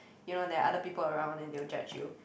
you know there're other people around and they'll judge you